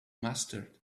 mustard